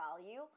value